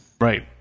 Right